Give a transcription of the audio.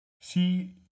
see